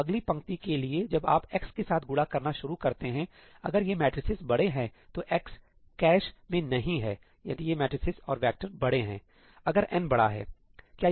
तो अगली पंक्ति के लिए जब आप x के साथ गुणा करना शुरू करते हैंअगर ये मैट्रिसेस बड़े हैं तो x कैश में नहीं हैयदि ये मेट्रिसेस और वैक्टर बड़े हैं अगर n बड़ा है